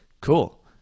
Cool